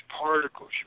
particles